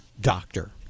doctor